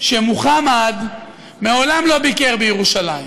שמוחמד מעולם לא ביקר בירושלים.